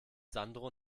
sandro